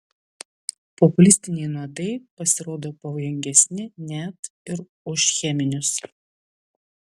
populistiniai nuodai pasirodo pavojingesni net ir už cheminius